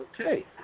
Okay